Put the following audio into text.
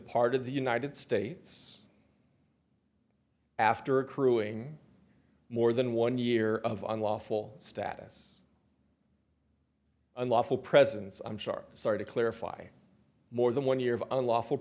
departed the united states after accruing more than one year of unlawful status unlawful presence i'm sure sorry to clarify more than one year of unlawful